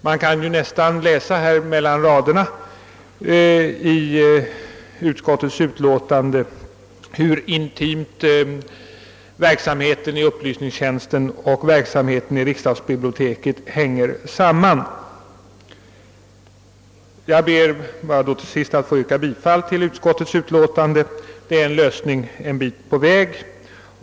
Man kan i utskottsutlåtandet nästan läsa mellan raderna om hur intimt verksamheten i upplysningstjänsten och i riksdagsbiblioteket hänger samman. Jag ber att få yrka bifall till bankoutskottets utlåtande, som utgör en lösning en bit på vägen.